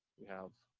you have